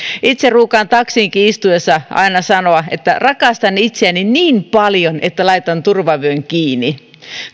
itse ruukaan taksiinkin istuessa aina sanoa että rakastan itseäni niin paljon että laitan turvavyön kiinni